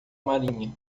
marinha